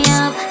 up